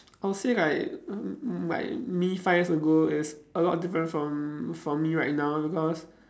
I'll say like um like me five years ago is a lot different from from me right now because